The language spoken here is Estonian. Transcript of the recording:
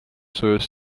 sujus